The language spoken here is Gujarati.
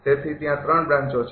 તેથી ત્યાં ૩ બ્રાંચો છે